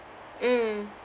mm